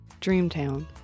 Dreamtown